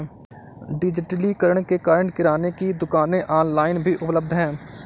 डिजिटलीकरण के कारण किराने की दुकानें ऑनलाइन भी उपलब्ध है